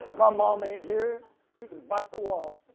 my mom ain't here, she can bite the wall.